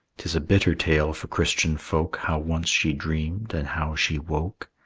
tis a bitter tale for christian folk, how once she dreamed, and how she woke.